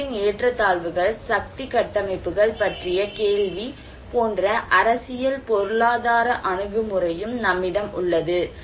சொத்துக்களின் ஏற்றத்தாழ்வுகள் சக்தி கட்டமைப்புகள் பற்றிய கேள்வி போன்ற அரசியல் பொருளாதார அணுகுமுறையும் நம்மிடம் உள்ளது